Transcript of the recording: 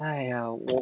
!aiya!